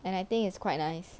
and I think it's quite nice